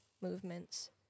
movements